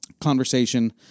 conversation